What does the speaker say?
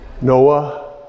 Noah